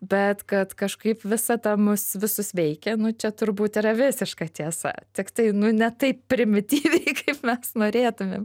bet kad kažkaip visata mus visus veikia čia turbūt yra visiška tiesa tiktai nu ne taip primityviai kaip mes norėtumėm